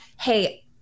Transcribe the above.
hey